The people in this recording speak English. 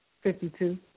Fifty-two